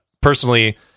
personally